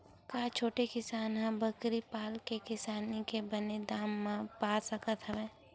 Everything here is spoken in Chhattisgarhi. का छोटे किसान ह बकरी पाल के किसानी के बने दाम पा सकत हवय?